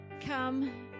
come